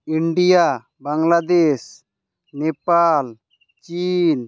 India Bangladesh Nepal China